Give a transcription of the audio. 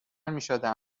میشدم